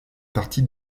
parties